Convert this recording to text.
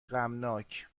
غمناک